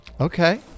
Okay